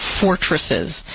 fortresses